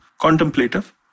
contemplative